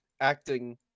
acting